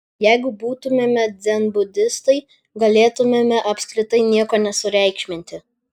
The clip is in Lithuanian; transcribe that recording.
jeigu būtumėme dzenbudistai galėtumėme apskritai nieko nesureikšminti